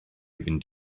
fynd